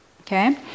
okay